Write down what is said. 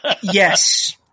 Yes